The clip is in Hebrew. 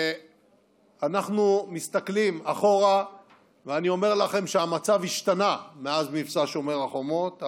ואנחנו מסתכלים אחורה ואני אומר לכם שהמצב השתנה מאז מבצע שומר החומות,